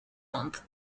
month